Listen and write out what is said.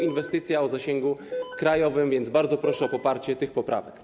Inwestycja o zasięgu krajowym, więc bardzo proszę o poparcie tych poprawek.